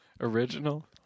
original